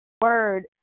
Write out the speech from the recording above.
Word